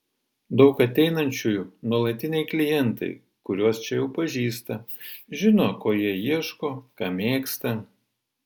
daug ateinančiųjų nuolatiniai klientai kuriuos čia jau pažįsta žino ko jie ieško ką mėgsta